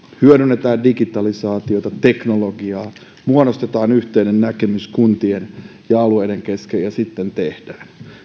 hyödynnetään digitalisaatiota teknologiaa muodostetaan yhteinen näkemys kuntien ja alueiden kesken ja sitten tehdään